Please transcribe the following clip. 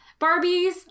Barbies